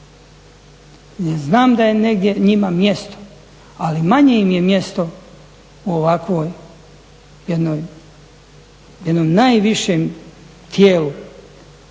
znam da je negdje njima mjesto ali manje im je mjesto u ovakvoj jednoj, jednom najvišem tijelu